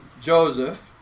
Joseph